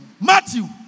Matthew